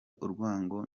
urwango